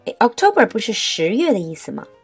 October不是十月的意思吗